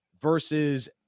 versus